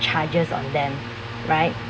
charges on them right